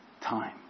time